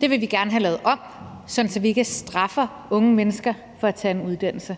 Det vil vi gerne have lavet om, sådan at vi ikke straffer unge mennesker for at tage en uddannelse,